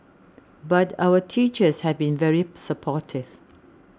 but our teachers have been very supportive